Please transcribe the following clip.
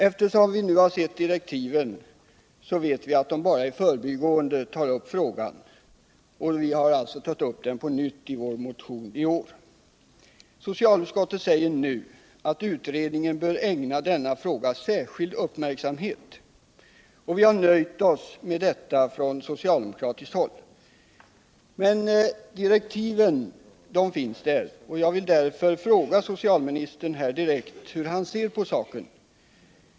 Eftersom vi nu har sett direktiven vet vi att de bara i förbigående tar upp frågan, och vi har alltså tagit upp den på nytt i vår motion i år. Socialutskottet säger nu att utredningen bör ägna denna fråga särskild uppmärksamhet. Vi har nöjt oss med detta på socialdemokratiskt håll, men direktiven finns där, och jag vill därför fråga socialministern direkt hur han ser på saken.